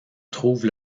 trouvent